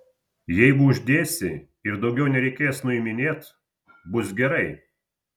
jeigu uždėsi ir daugiau nereikės nuiminėt bus gerai